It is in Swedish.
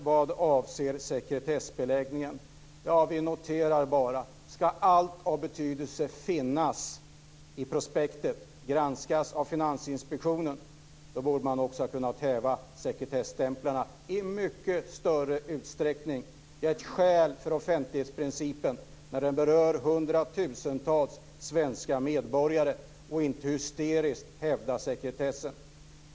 Vad avser sekretessbeläggningen noterar vi bara att om allt av betydelse ska finnas i prospektet och det ska granskas av Finansinspektionen borde man också ha kunnat häva sekretesstämpeln i mycket större utsträckning. Det finns skäl att tillämpa offentlighetsprincipen när det berör hundra tusentals svenska medborgare. Då borde man inte hysteriskt hävda sekretessen.